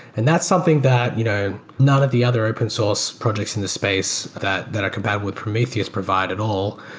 and that's something that you know none of the other open source projects in the space that that are compatible with prometheus provide at all.